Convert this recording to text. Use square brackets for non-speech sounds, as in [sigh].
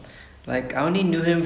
[laughs]